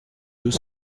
deux